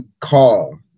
call